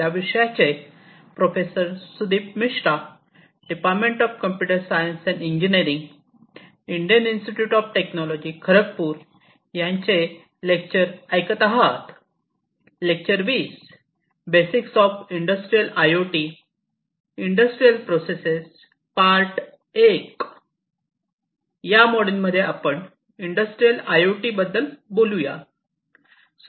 या मॉड्यूलमध्ये आपण इंडस्ट्रियल आय ओ टी याबद्दल बोलूया